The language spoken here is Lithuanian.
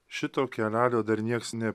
šito kelelio dar nieks ne